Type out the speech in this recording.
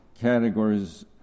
categories